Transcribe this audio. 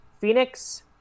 Phoenix